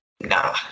No